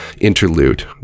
interlude